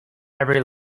every